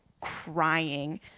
crying